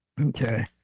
okay